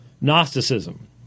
Gnosticism